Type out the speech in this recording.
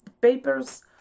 papers